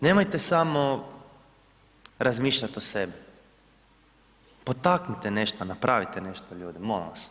Nemojte samo razmišljati o sebi, poteknite nešto, napravite nešto ljudi, molim vas.